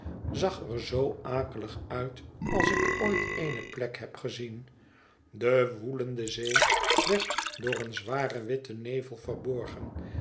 zag er zoo akelig uit als ik ooit eene plek heb gezien de woelende zee werd door een zwaren witten nevel verborgen